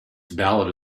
ballad